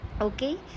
Okay